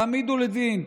תעמידו לדין,